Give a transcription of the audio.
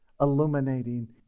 illuminating